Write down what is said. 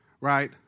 right